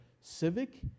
civic